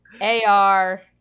ar